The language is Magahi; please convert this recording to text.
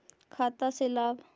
खाता से लाभ?